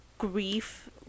Grief